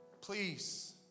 please